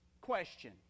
question